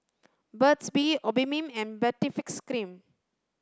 Burt's bee Obimin and Baritex cream